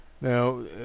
Now